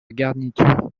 garniture